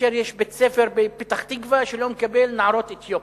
כאשר יש בית-ספר בפתח-תקווה שלא מקבל נערות אתיופיות.